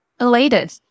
elated